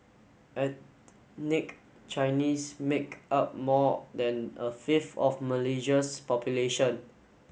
ethnic Chinese make up more than a fifth of Malaysia's population